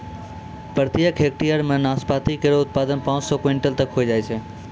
प्रत्येक हेक्टेयर म नाशपाती केरो उत्पादन पांच सौ क्विंटल तक होय जाय छै